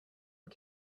and